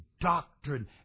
doctrine